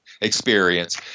experience